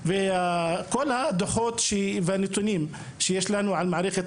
אנחנו קיימנו דיון בוועדת חינוך על תופעת הנשירה במערכת